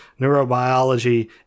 neurobiology